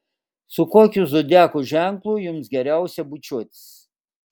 su kokiu zodiako ženklu jums geriausia bučiuotis